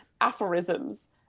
aphorisms